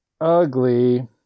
ugly –